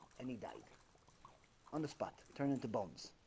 and he died on the spot turn into bones